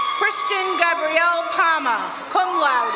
kristin gabriele pama, cum laude.